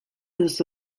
duzu